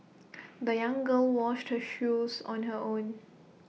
the young girl washed her shoes on her own